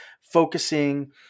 focusing